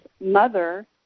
mother